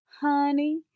honey